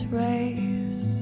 rays